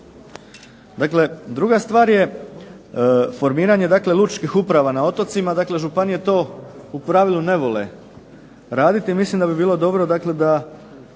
Dakle, druga stvar je formiranje lučkih uprava na otocima, dakle županije to u pravilu ne vole raditi. Mislim da bi bilo dobro da